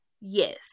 yes